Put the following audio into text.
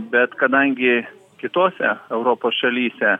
bet kadangi kitose europos šalyse